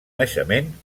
naixement